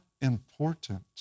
important